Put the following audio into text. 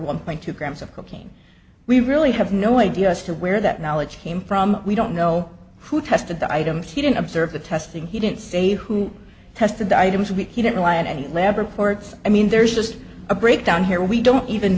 one point two grams of cocaine we really have no idea as to where that knowledge came from we don't know who tested the items he didn't observe the testing he didn't say who tested the items we he didn't lie and the lab reports i mean there's just a breakdown here we don't even